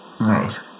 Right